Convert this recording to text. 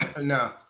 No